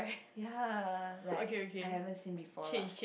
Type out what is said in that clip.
ya like I haven't seen before lah